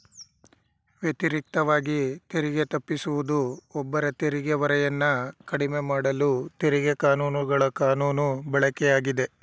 ವ್ಯತಿರಿಕ್ತವಾಗಿ ತೆರಿಗೆ ತಪ್ಪಿಸುವುದು ಒಬ್ಬರ ತೆರಿಗೆ ಹೊರೆಯನ್ನ ಕಡಿಮೆಮಾಡಲು ತೆರಿಗೆ ಕಾನೂನುಗಳ ಕಾನೂನು ಬಳಕೆಯಾಗಿದೆ